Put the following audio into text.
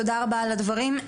תודה רבה על הדברים.